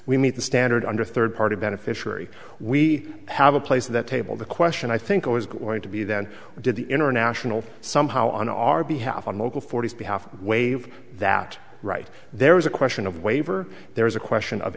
we meet the standard under third party beneficiary we have a place that table the question i think was going to be then did the international somehow on our behalf on local forty behalf waive that right there is a question of waiver there is a question of